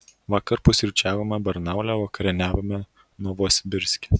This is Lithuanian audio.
vakar pusryčiavome barnaule o vakarieniavome novosibirske